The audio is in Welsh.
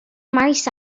maes